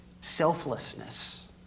selflessness